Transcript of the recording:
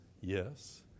Yes